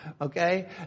Okay